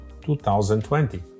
2020